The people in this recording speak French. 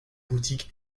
boutique